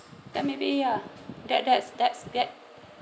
then maybe ya that that's that's that